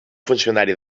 funcionari